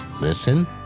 listen